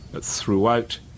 Throughout